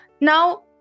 Now